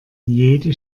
jede